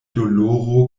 doloro